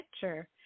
picture